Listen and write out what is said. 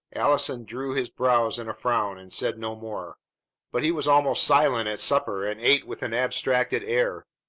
allison drew his brows in a frown, and said no more but he was almost silent at supper, and ate with an abstracted air.